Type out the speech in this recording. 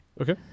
Okay